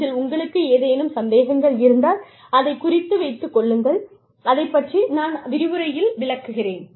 இதில் உங்களுக்கு ஏதேனும் சந்தேகங்கள் இருந்தால் அதை குறித்து வைத்துக் கொள்ளுங்கள் அதைப் பற்றி நான் விரிவுரையில் விளக்குகிறேன்